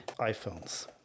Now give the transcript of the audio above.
iphones